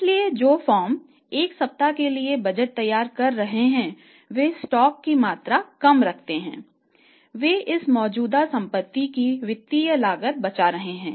इसलिए जो फर्म एक सप्ताह के लिए बजट तैयार कर रहे है वे स्टॉक की कम मात्रा रख रहे हैं वे इस मौजूदा संपत्ति की वित्तीय लागत बचा रहे हैं